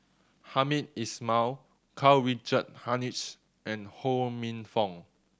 Hamed Ismail Karl Richard Hanitsch and Ho Minfong